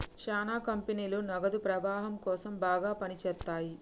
శ్యానా కంపెనీలు నగదు ప్రవాహం కోసం బాగా పని చేత్తయ్యి